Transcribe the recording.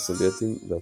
הסובייטים והצרפתים.